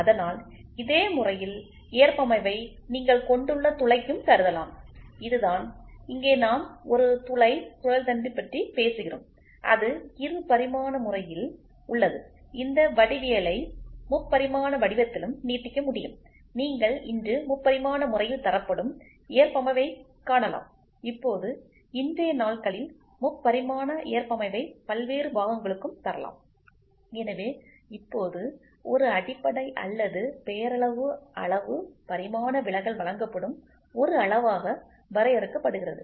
அதனால்இதே முறையில் ஏற்பமைவை நீங்கள் கொண்டுள்ள துளைக்கும் கருதலாம் இதுதான் இங்கே நாம் ஒரு துளை சுழல் தண்டு பற்றி பேசுகிறோம் அது இருபரிமாண முறையில் உள்ளது இந்த வடிவவியலை முப்பரிமாண வடிவத்திலும் நீட்டிக்க முடியும் நீங்கள் இன்று முப்பரிமாண முறையில் தரப்படும் ஏற்பமைவை காணலாம் இப்போது இன்றைய நாட்களில் முப்பரிமாண ஏற்பமைவை பல்வேறு பாகங்களுக்கும் தரலாம் எனவே இப்போது ஒரு அடிப்படை அல்லது பெயரளவு அளவு பரிமாண விலகல் வழங்கப்படும் ஒரு அளவாக வரையறுக்கப்படுகிறது